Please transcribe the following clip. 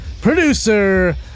producer